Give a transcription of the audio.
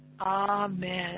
Amen